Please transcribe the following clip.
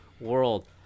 World